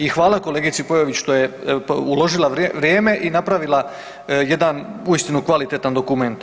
I hvala kolegici Peović što je uložila vrijeme i napravila jedan uistinu kvalitetan dokument.